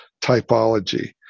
typology